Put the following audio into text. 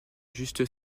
juste